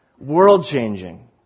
World-changing